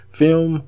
film